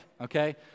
okay